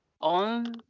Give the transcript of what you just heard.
on